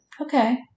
Okay